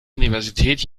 universität